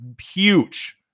huge